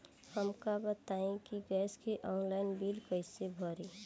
हमका ई बताई कि गैस के ऑनलाइन बिल कइसे भरी?